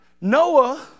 Noah